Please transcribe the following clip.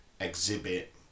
exhibit